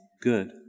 good